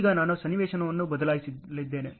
ಈಗ ನಾನು ಸನ್ನಿವೇಶವನ್ನು ಬದಲಾಯಿಸಲಿದ್ದೇನೆ